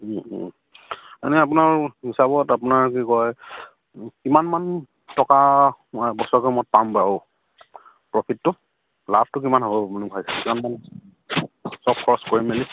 এনেই আপোনাৰ হিচাপত আপোনাৰ কি কয় কিমানমান টকা বছৰেকৰ মূৰত পাম বাৰু প্ৰফিটটো লাভটো কিমান হ'ব